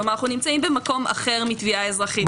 כלומר אנחנו נמצאים במקום אחר מתביעה אזרחית.